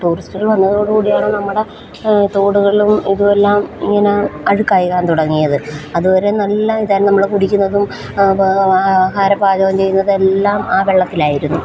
ടൂറിസ്റ്റുകൾ വന്നതോടുകൂടിയാണ് നമ്മുടെ തോടുകളും ഇതുമെല്ലാം ഇങ്ങനെ അഴുക്കാകാൻ തുടങ്ങിയത് അതുവരെ നല്ല ഇതാ നമ്മൾ കുടിക്കുന്നതും ആഹാരം പാചകം ചെയ്യുന്നതെല്ലാം ആ വെള്ളത്തിലായിരുന്നു